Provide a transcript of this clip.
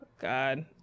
God